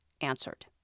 answered